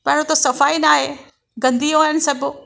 पहिरियों त सफ़ाई नाहे गंदियूं आहिनि सभु